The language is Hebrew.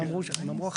הם אמרו אחרת.